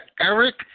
Eric